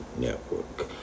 Network